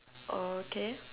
okay